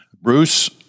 Bruce